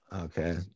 okay